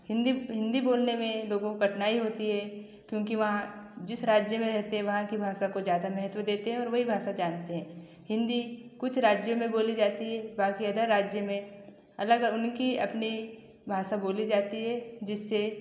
हिन्दी हिन्दी बोलने में लोगों को कठिनाई होती है क्योंकि वहाँ जिस राज्य में रहते वहाँ की भाषा को ज़्यादा महत्व देते हैं और वही भाषा जानते हैं हिन्दी कुछ राज्यों में बोली जाती है बाकी अदर राज्य में अलग उनकी अपनी भाषा बोली जाती है जिससे